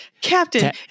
Captain